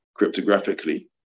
cryptographically